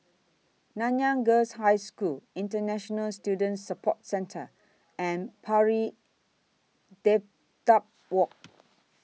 Nanyang Girls' High School International Student Support Centre and Pari Dedap Walk